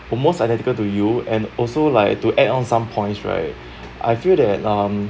almost identical to you and also like to add on some points right I feel that um